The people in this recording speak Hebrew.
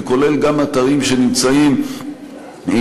וכולל גם אתרים שנמצאים בגולן,